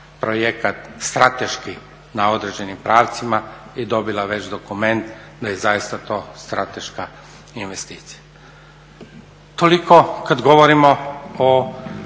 projekat strateški na određenim pravcima i dobila već dokument da je zaista to strateška informacija. Toliko kad govorimo o